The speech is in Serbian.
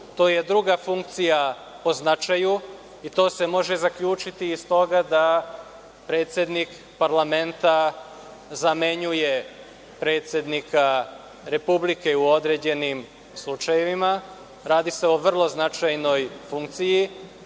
to je druga funkcija po značaju i to se može zaključiti iz toga da predsednik parlamenta zamenjuje predsednika Republike u određenim slučajevima. Radi se o vrlo značajnoj funkciji